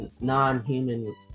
non-human